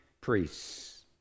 priests